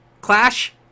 Clash